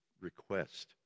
request